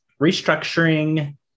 restructuring